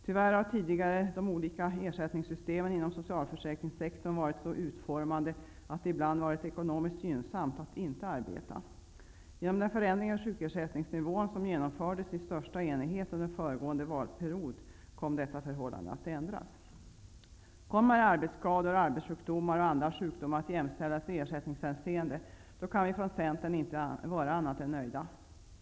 Tyvärr har tidigare de olika ersättningssystemen inom socialförsäkringssektorn varit så utformade att det ibland varit ekonomiskt gynnsamt att inte arbeta. Med hjälp av den förändring i sjukersättningsnivån som genomfördes i största enighet under föregående valperiod kom detta förhållande att ändras. Kommer arbetsskador, arbetssjukdomar och andra sjukdomar att jämställas i ersättningshänseende, kan vi från Centern inte vara annat än nöjda.